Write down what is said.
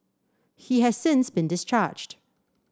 he has since been discharged